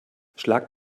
schlagt